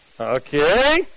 Okay